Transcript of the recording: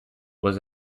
was